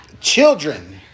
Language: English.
Children